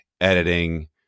editing